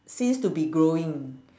seems to be growing